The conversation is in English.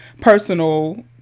personal